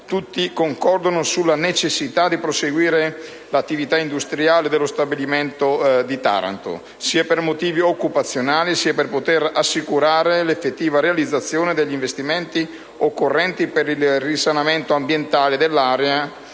tutti concordano sulla necessità di proseguire l'attività industriale dello stabilimento di Taranto, sia per motivi occupazionali, sia per poter assicurare l'effettiva realizzazione degli investimenti occorrenti per il risanamento ambientale dell'area